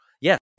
yes